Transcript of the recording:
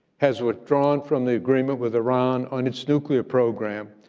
has withdrawn from the agreement with iran on its nuclear program,